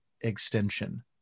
extension